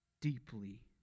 deeply